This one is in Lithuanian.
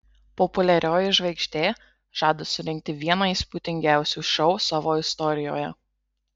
populiarioji žvaigždė žada surengti vieną įspūdingiausių šou savo istorijoje